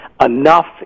enough